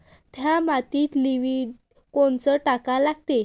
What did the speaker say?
थ्या मातीत लिक्विड कोनचं टाका लागन?